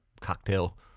cocktail